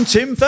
Tim